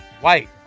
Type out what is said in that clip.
white